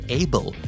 able